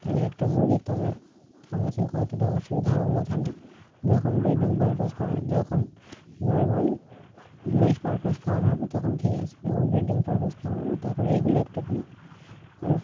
তাহলে একটা মুরগির তোমার খাওয়াতে অতটা অসুবিধা হওয়ার কথা না যখন ব্রিডিং পারপাস খাওয়ানো যখন নর্মাল মিট পারপাস খাওয়ানো হবে তখন ঠিক আছে যখন ব্রিডিং পারপাস খাওয়ানো হবে তখন এইগুলো একটুখানি আর